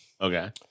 Okay